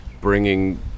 bringing